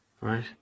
Right